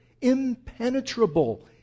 impenetrable